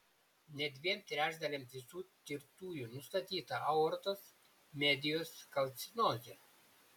net dviem trečdaliams visų tirtųjų nustatyta aortos medijos kalcinozė